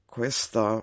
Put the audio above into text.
Questa